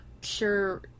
sure